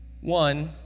One